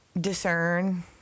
discern